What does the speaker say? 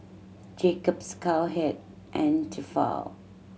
Jacob's Cowhead and Tefal